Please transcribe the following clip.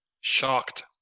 shocked